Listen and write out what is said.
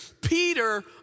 Peter